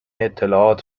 اطلاعات